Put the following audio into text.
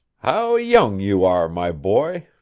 how young you are, my boy!